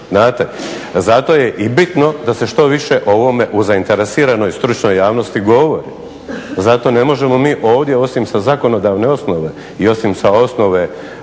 Zato je i bitno da se što više o ovome u zainteresiranoj stručnoj javnosti govori. Zato ne možemo mi ovdje osim sa zakonodavne osnove i osim sa osnove